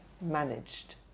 managed